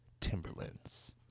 Timberlands